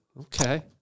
Okay